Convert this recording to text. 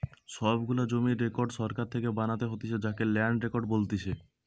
সব গুলা জমির রেকর্ড সরকার থেকে বানাতে হতিছে যাকে ল্যান্ড রেকর্ড বলতিছে